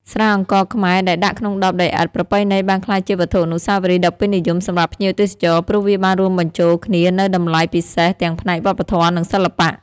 ស្រាអង្ករខ្មែរដែលដាក់ក្នុងដបដីឥដ្ឋប្រពៃណីបានក្លាយជាវត្ថុអនុស្សាវរីយ៍ដ៏ពេញនិយមសម្រាប់ភ្ញៀវទេសចរ ព្រោះវាបានរួមបញ្ចូលគ្នានូវតម្លៃពិសេសទាំងផ្នែកវប្បធម៌ និងសិល្បៈ។